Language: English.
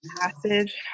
passage